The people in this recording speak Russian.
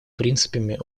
принципами